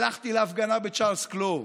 הלכתי להפגנה בצ'ארלס קלור,